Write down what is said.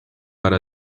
para